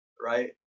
right